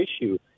issue